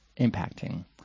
impacting